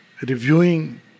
reviewing